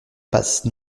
passe